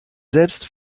selbst